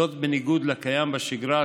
זאת בניגוד לקיים בשגרה,